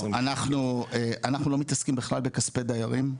אנחנו לא מתעסקים בכלל בכספי דיירים,